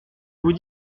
vous